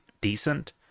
decent